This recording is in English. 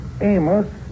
Amos